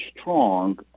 strong